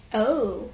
oh